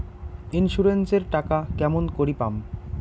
Insurance এর টাকা কেমন করি পাম?